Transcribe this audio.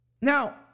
Now